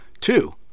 Two